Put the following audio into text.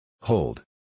Hold